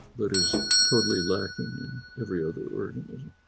but is totally lacking in every other organism.